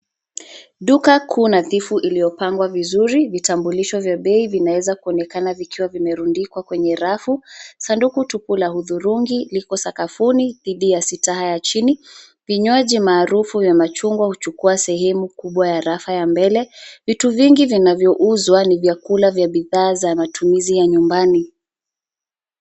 Duka kuu nadhifu iliyo pangwa vizuri, vitambulisho vya bei vinaweza kuonekana vikiwa vimerundikwa kwenye rafu, sanduku tupu la hudhurungi liko sakafuni dhidi ya sitaha ya chini, vinywaji maarufu vya machungwa huchukua sehemu kubwa ya rafa ya mbele, vitu vingi vinavyouzwa ni vyakula vya bidhaa za matumizi ya nyumbani.